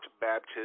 baptism